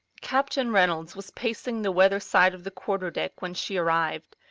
captain reynolds was pacing the weather-side of the quarterdeck when she arrived.